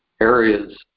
areas